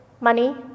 money